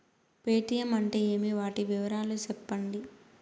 Paytm అంటే ఏమి, వాటి వివరాలు సెప్పండి?